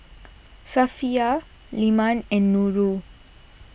Safiya Leman and Nurul